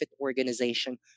organization